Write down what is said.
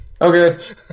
Okay